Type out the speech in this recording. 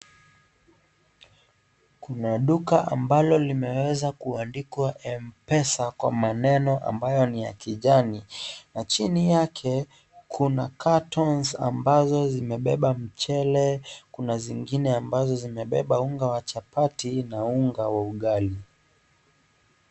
Kuna duka ambalo limeweza kuandikwa Mpesa kwa maneno ambayo ni ya kijani na chini yake kuna cartons ambazo zimebeba mchele kuna zingine ambazo zimebeba unga wa chapati na unga wa ugali.